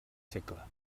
segle